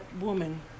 woman